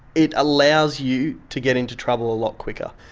it allows you to get into trouble a lot quicker.